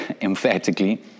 emphatically